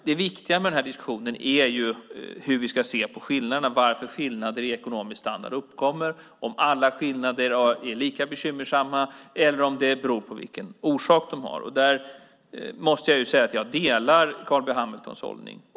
Det viktiga med den här diskussionen är hur vi ska se på skillnaderna, om alla skillnader är lika bekymmersamma eller om det beror på vilken orsak de har. Där delar jag Carl B Hamiltons hållning.